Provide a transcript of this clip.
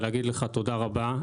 אבל להגיד לך תודה רבה,